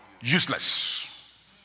useless